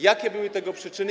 Jakie były tego przyczyny?